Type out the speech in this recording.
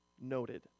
Noted